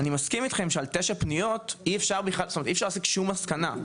אני מסכים אתכם שעל תשע פניות אי אפשר להשיג שום מסקנה,